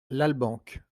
lalbenque